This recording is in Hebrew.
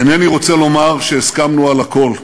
אינני רוצה לומר שהסכמנו על הכול,